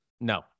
No